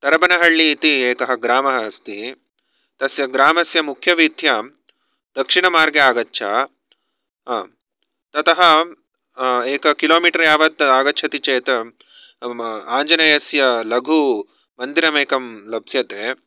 तरबनहल्ली इति एकः ग्रामः अस्ति तस्य ग्रामस्य मुख्यवीथ्यां दक्षिणमार्गे आगच्छ ततः एक किलोमीटर् यावत् आगच्छति चेत् आञ्जनेयस्य लघुमन्दिरमेकं लप्स्यते